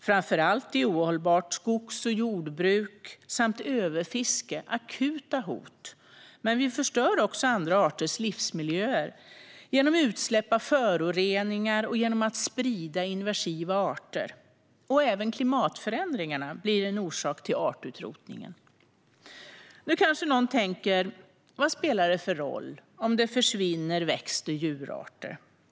Framför allt är ohållbart skogs och jordbruk samt överfiske akuta hot, men vi förstör också andra arters livsmiljöer genom utsläpp av föroreningar och genom att sprida invasiva arter. Även klimatförändringarna blir en orsak till artutrotningen. Nu kanske någon tänker: Vad spelar det för roll om det försvinner växt och djurarter?